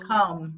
Come